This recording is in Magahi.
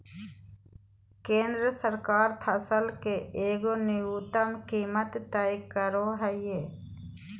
केंद्र सरकार फसल के एगो न्यूनतम कीमत तय करो हइ